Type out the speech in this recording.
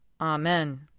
Amen